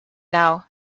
now